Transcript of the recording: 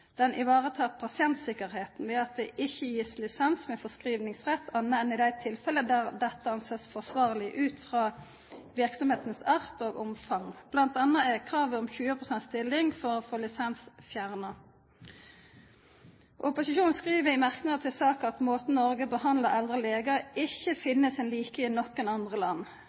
den ivaretar pasientsikkerheten, ved at det ikke gis lisens med forskrivningsrett annet enn i de tilfellene der dette anses forsvarlig ut fra virksomhetens art og omfang. Blant annet er kravet om 20 pst. stilling for å få lisens fjernet. Opposisjonen skriver i merknader til saken at måten Norge behandler eldre leger på, «ikke finner sin like i noen andre land»,